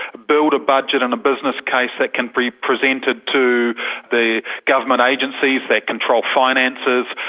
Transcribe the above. build a budget and a business case that can be presented to the government agencies that control finances,